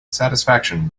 satisfaction